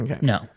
No